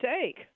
take